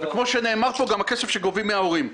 וכמו שנאמר פה, גם הכסף שגובים מההורים.